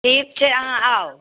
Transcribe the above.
ठीक छै अहाँ आउ